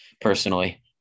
personally